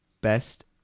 best